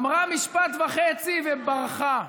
אמרה משפט וחצי וברחה.